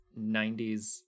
90s